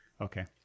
Okay